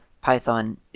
Python